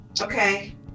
Okay